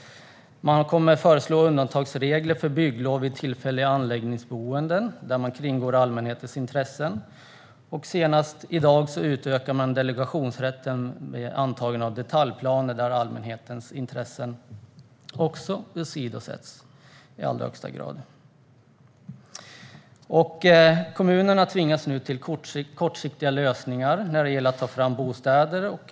Man kommer att föreslå undantagsregler för bygglov vid tillfälliga anläggningsboenden där man kringgår allmänhetens intressen. Senast i dag utökade man delegationsrätten vid antagning av detaljplaner där allmänhetens intressen i allra högsta grad också åsidosätts. Kommunerna tvingas nu till kortsiktiga lösningar när det gäller att ta fram bostäder.